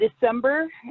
december